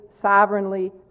sovereignly